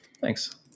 Thanks